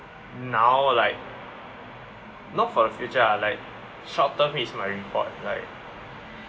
now like not for the future lah like short term is my report like